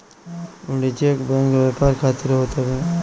वाणिज्यिक बैंक व्यापार खातिर होत हवे